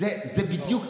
זה בדיוק,